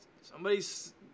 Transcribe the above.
Somebody's